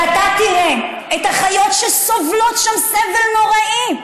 ואתה תראה את החיות שסובלות שם סבל נוראי,